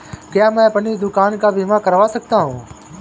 क्या मैं अपनी दुकान का बीमा कर सकता हूँ?